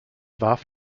warf